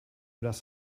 das